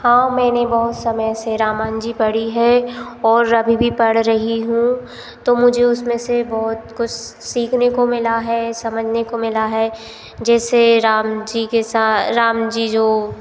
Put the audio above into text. हाँ मैंने बहुत समय से रामायण जी पढ़ी है और अभी भी पढ़ रही हूँ तो मुझे उसमें से बहुत कुछ सीखने को मिला है समझने को मिला है जैसे राम जी के साथ राम जी जो